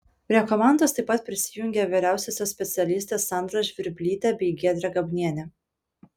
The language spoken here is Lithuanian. prie komandos taip pat prisijungė vyriausiosios specialistės sandra žvirblytė bei giedrė gabnienė